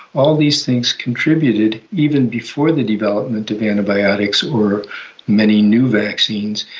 all these things contributed. even before the development of antibiotics or many new vaccines,